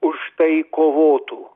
už tai kovotų